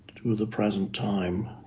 to the present time.